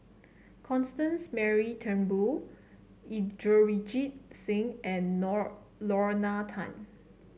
Constance Mary Turnbull Inderjit Singh and Lorna Tan